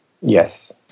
Yes